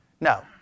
No